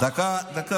דקה.